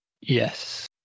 Yes